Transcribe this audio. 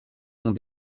sont